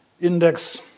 index